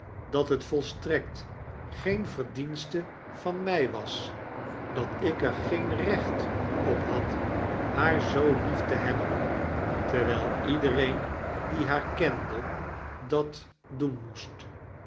dat het volstnekt geen verdienste van mij was dat ik er geen recht op had haar zoo lief te hebben terwijl iedereen die haar kende dat doen moest